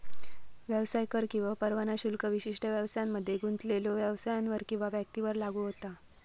व्यवसाय कर किंवा परवाना शुल्क विशिष्ट व्यवसायांमध्ये गुंतलेल्यो व्यवसायांवर किंवा व्यक्तींवर लागू होता